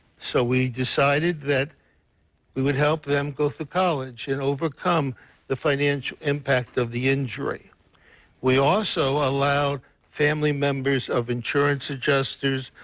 so we decided that we would help them go to college and overcome the financial impact of the injurys we also allowed family members of insurance adjustors,